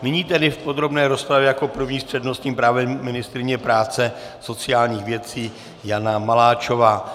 Nyní tedy v podrobné rozpravě jako první s přednostním právem ministryně práce a sociálních věcí Jana Maláčová.